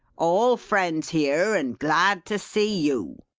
all friends here, and glad to see you!